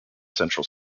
central